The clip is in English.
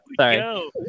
sorry